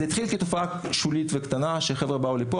זה התחיל כתופעה שולית וקטנה כאשר חבר'ה שבאו לפה